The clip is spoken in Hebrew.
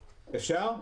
--- אפשר?